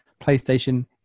PlayStation